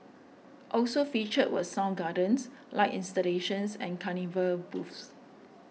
also featured were sound gardens light installations and carnival booths